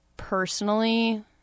Personally